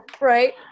Right